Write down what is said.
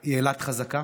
הוא אילת חזקה,